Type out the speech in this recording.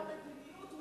אם לממשלה היתה מדיניות,